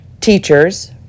teachers